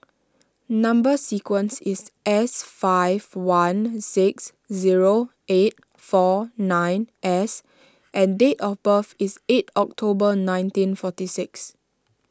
Number Sequence is S five one six zero eight four nine S and date of birth is eight October nineteen forty six